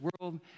world